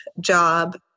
job